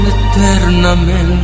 eternamente